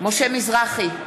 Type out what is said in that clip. משה מזרחי,